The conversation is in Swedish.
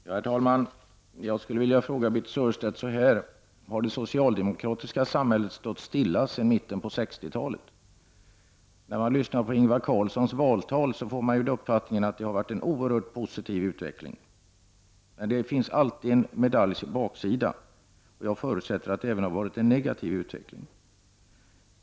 Herr talman! Jag skulle vilja fråga Birthe Sörestedt: Har det socialdemokratiska samhället stått stilla sedan mitten av 60-talet? När man lyssnar på Ingvar Carlssons valtal får man uppfattningen att det har varit en oerhört positiv utveckling. Men det finns alltid en baksida på medaljen, och jag förutsätter att det även har varit en negativ utveckling.